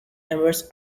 members